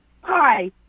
Hi